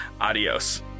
Adios